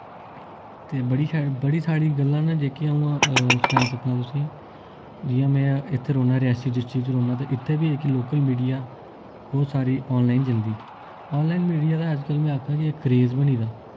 ते बड़ी शै बड़ी सारी गल्लां न जेह्कियां अ'ऊं सनाई सकना तुसें ई जि'यां में इत्थै रौह्न्ना रियासी डिस्ट्रिक्ट च रौह्न्ना ते इत्थै बी जेह्की लोकल मीडिया ओह् सारी आनलाइन चलदी आनलाइन मीडिया दा अजकल में आखां इक क्रेज बनी दा